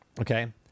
Okay